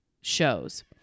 shows